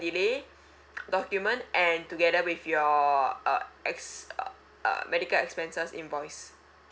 delay document and together with your uh ex~ uh uh medical expenses invoice